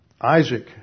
Isaac